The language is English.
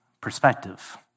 perspective